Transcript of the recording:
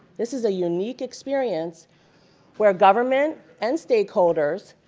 this is a unique experience where government and stakeholders